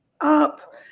up